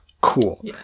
Cool